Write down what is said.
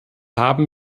haben